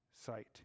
sight